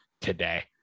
today